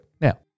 Now